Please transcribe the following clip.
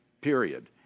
period